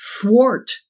thwart